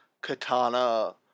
katana